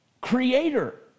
creator